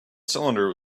cylinder